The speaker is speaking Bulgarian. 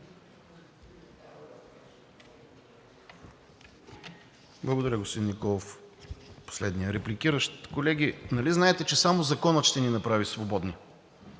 Благодаря, господин Николов – последният репликиращ. Колеги, нали знаете, че само законът ще ни направи свободни.